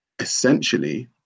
Essentially